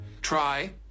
Try